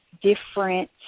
different